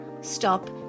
stop